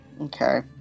Okay